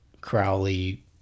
Crowley